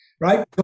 right